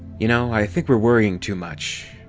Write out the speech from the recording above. you know, i think we're worrying too much.